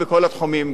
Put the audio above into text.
בנוער בסיכון,